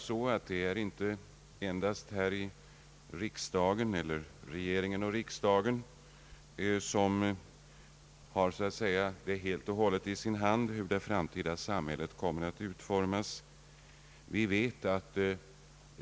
Men det är inte bara regering och riksdag som har i sin hand att bestämma hur det framtida samhället kommer att utformas.